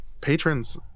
patrons